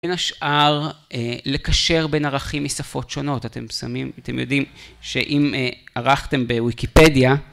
בין השאר לקשר בין ערכים משפות שונות, אתם שמים, אתם יודעים שאם ערכתם בוויקיפדיה